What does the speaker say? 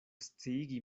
sciigi